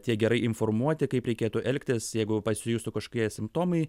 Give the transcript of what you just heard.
tiek gerai informuoti kaip reikėtų elgtis jeigu pasijustų kažkokie simptomai